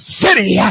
city